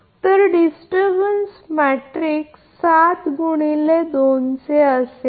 तर disturbance matrix 7 x 2असेल